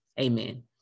Amen